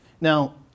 Now